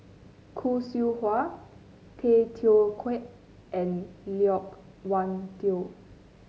Khoo Seow Hwa Tay Teow Kiat and Loke Wan Tho